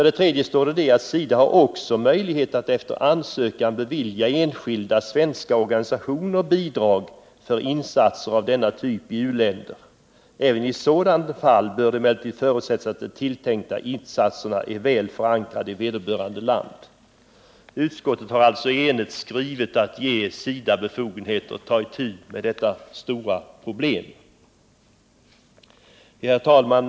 Slutligen skriver utskottet: ”SIDA har också möjligheter att efter ansökan bevilja enskilda svenska organisationer bidrag för insatser av denna typ i u-länder. Även i sådana fall bör det emellertid förutsättas att de tilltänkta insatserna är väl förankrade i vederbörande land.” Utskottet har alltså i enighet givit SIDA befogenheter att ta itu med detta stora problem. Herr talman!